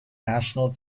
national